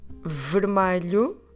Vermelho